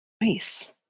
Nice